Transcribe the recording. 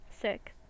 Sick